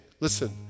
Listen